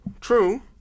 True